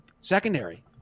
Secondary